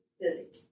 busy